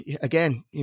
again